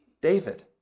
David